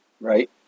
Right